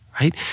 right